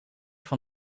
van